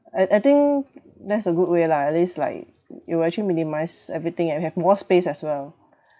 I I think that's a good way lah at least like you actually minimise everything and have more space as well